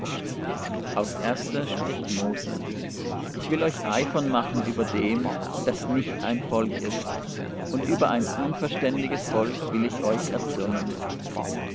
aufs erste spricht mose ich will euch eifern machen über dem das nicht ein volk ist und über ein unverständiges volk will ich euch erzürnen